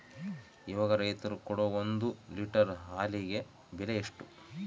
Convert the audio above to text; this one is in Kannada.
ಇವಾಗ ರೈತರು ಕೊಡೊ ಒಂದು ಲೇಟರ್ ಹಾಲಿಗೆ ಬೆಲೆ ಎಷ್ಟು?